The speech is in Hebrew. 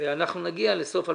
ואנחנו נגיע לסוף 2019,